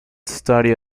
study